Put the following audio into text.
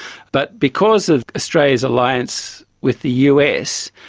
but because of australia's alliance with the us,